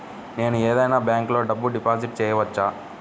నేను ఏదైనా బ్యాంక్లో డబ్బు డిపాజిట్ చేయవచ్చా?